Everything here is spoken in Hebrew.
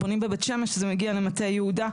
בונים בבית שמש זה מגיע למטה יהודה.